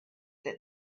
that